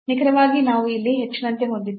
ನಿಖರವಾಗಿ ನಾವು ಇಲ್ಲಿ h ನಂತೆ ಹೊಂದಿದ್ದೇವೆ